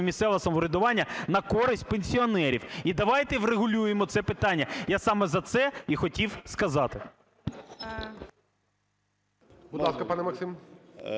місцевого самоврядування на користь пенсіонерів. І давайте врегулюємо це питання. Я саме за це і хотів сказати.